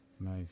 Nice